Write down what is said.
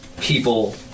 people